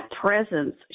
presence